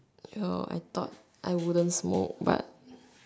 you know I thought I wouldn't smoke but